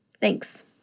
Thanks